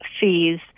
fees